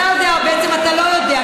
בעצם אתה לא יודע,